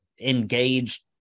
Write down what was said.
engaged